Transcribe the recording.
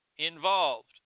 Involved